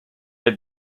had